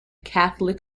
catholic